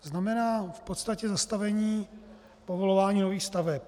Znamená v podstatě zastavení povolování nových staveb.